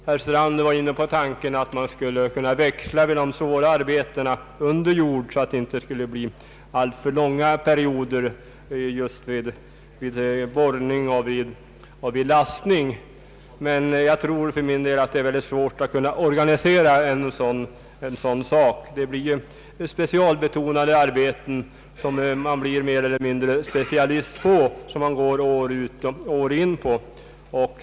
Herr Strand var inne på tanken att man skulle kunna växla om med de svåra arbetena under jord så att det inte skulle bli alltför långa perioder just i arbetet med borrning och lastning. Jag tror att det är mycket svårt att kunna organisera en sådan sak. Det är arbeten som man blir mer eller mindre specialist på och håller på med år efter år.